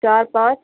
چار پانچ